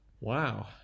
wow